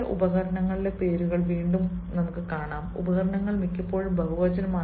ചില ഉപകരണങ്ങളുടെ പേരുകൾ വീണ്ടും കാണുമ്പോൾ ഉപകരണങ്ങൾ മിക്കപ്പോഴും ബഹുവചനമാണ്